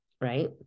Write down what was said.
right